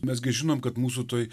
mes gi žinom kad mūsų toj